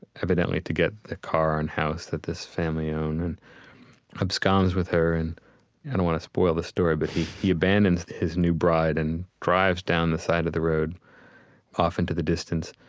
evidently to get the car and house this family owned, and absconds with her and, i don't want to spoil the story, but he abandons his new bride and drives down the side of the road off into the distance,